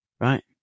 right